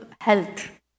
health